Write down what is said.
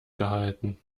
gehalten